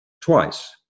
twice